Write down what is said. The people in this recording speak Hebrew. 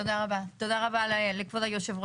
תודה רבה לכבוד היושב-ראש,